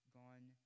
gone